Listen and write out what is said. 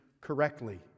correctly